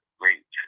great